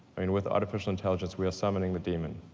i mean with artificial intelligence, we are summoning the demon.